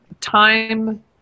time